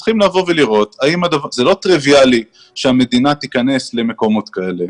זה לא טריביאלי שהמדינה תיכנס למקומות כאלה.